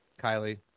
kylie